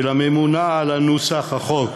ולממונה על נוסח החוק,